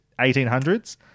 1800s